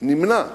נמנע